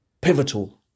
pivotal